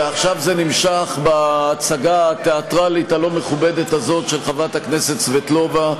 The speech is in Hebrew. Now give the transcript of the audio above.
ועכשיו זה נמשך בהצגה התיאטרלית הלא-מכובדת הזאת של חברת הכנסת סבטלובה.